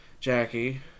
Jackie